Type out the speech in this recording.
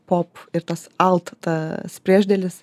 pop ir tas alt tas priešdėlis